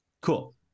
Cool